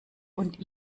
und